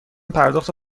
پرداخت